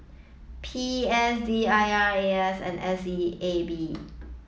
P S D I R A S and S E A B